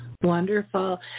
Wonderful